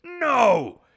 no